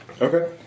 Okay